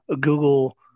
Google